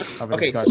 Okay